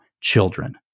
children